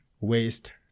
waste